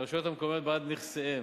לרשויות המקומיות בעד נכסיהם.